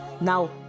Now